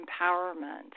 empowerment